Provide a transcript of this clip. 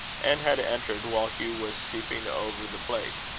and had entered while hugh was stooping over the plate.